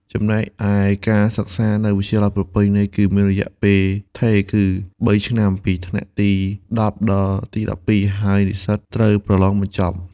ចំណែកឯការសិក្សានៅ វិទ្យាល័យប្រពៃណី គឺមានរយៈពេលថេរ គឺបីឆ្នាំ (ពីថ្នាក់ទី១០ដល់ទី១២) ហើយនិស្សិតត្រូវប្រឡងបញ្ចប់។